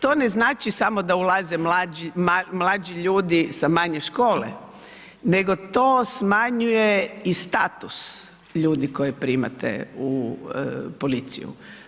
To ne znači samo da ulaze mlađi ljudi sa manje škole, nego to smanjuje i status ljudi koje primate u policiju.